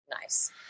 Nice